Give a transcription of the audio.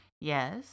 Yes